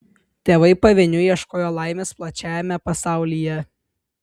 tėvai pavieniui ieškojo laimės plačiajame pasaulyje